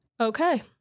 okay